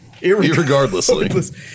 Irregardlessly